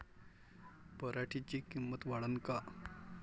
पराटीची किंमत वाढन का?